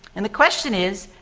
and the question is,